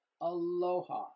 aloha